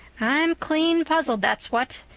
i'm clean puzzled, that's what,